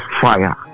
fire